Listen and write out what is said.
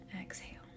exhale